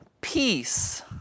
peace